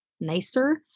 nicer